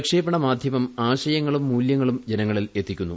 പ്രക്ഷേപണ മാദ്ധ്യമം ആശയങ്ങളും മൂല്യങ്ങളും ജനങ്ങളിൽ എത്തിക്കുന്നു